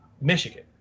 Michigan